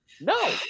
No